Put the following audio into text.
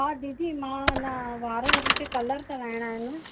हा दीदी मां न वार मूंखे कलर कराइणा आहिनि